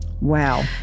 Wow